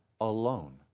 alone